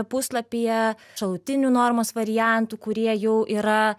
puslapyje šalutinių normos variantų kurie jau yra